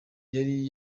yari